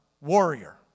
warrior